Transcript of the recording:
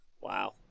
Wow